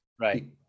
right